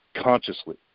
consciously